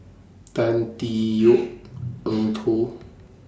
Tan Tee Yoke Eng Tow